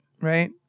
Right